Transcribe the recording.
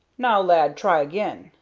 now, lad, try again,